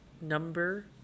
number